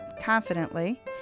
confidently